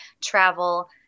travel